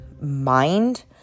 mind